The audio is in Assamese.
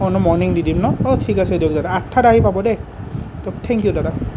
মৰ্ণিং দি দিম ন অঁ ঠিক আছে দিয়ক দাদা আঠটাত আহি পাব দেই থেংকিউ দাদা